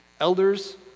Elders